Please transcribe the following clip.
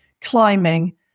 climbing